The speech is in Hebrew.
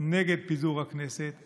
נגד פיזור הכנסת.